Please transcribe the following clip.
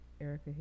Erica